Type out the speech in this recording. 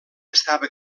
estava